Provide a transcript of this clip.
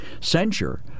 censure